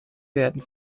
werden